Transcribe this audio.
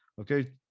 okay